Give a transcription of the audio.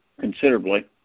considerably